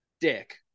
Dick